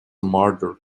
murder